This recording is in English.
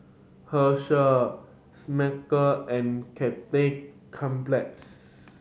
Herschel Smuckers and Cathay Cineplex